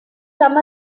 some